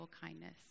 kindness